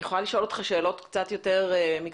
אני יכולה לשאול אותך שאלות קצת יותר מקצועיות